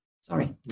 Sorry